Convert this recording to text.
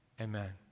Amen